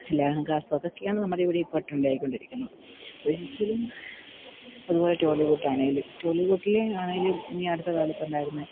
ലഹങ്കാസ് അതൊക്കെയാണ് നമ്മുടെ ഇവിടെയിപ്പോൾ ട്രെൻഡായിക്കൊണ്ടിരിക്കുന്നത് ഇപ്പോൾ ഒരിക്കലും അതുപോലെ ടോളിവുഡ്ഡാണെങ്കിലും ടോളിവുഡിലെ ആണെങ്കിലും ഈയടുത്ത കാലത്തുണ്ടായിരുന്നത്